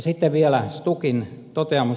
sitten vielä stukin toteamus